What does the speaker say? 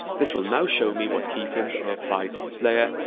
this will now show me what keyframes are applied to this layer,